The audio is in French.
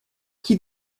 qui